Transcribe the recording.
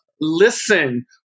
listen